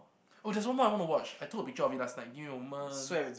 oh there's one more I want to watch I took a picture of it last night give me a moment